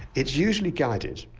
it's usually guided,